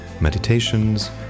meditations